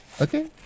Okay